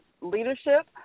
leadership